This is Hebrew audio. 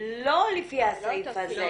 לא לפי הסעיף הזה.